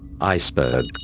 Iceberg